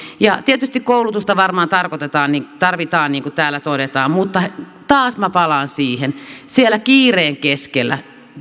tietysti koulutusta varmaan tarvitaan niin kuin täällä todetaan mutta taas minä palaan siihen että siellä kiireen keskellä